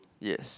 yes